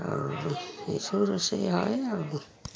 ଆଉ ଏସବୁ ରୋଷେଇ ହୁଏ ଆଉ